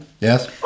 Yes